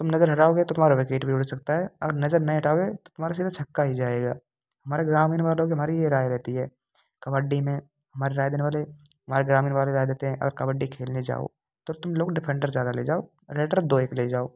तुम नज़र हटाओगे तो तुम्हारी विकेट भी उड़ सकता है और नज़र नहीं हटाई तो तुम्हारा सिधा छक्का ही जाएगा हमारे ग्रामीण वालों की हमारी ये राय रहती है कबड्डी में हमारे राय देने वाले हमारे ग्रामीण वाले राय देते हैं अगर कबड्डी खेलने जाओ तो तुमलोग डिफेंडर ज़्यादा ले जाओ रेडर दो एक ले जाओ